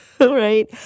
right